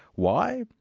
why?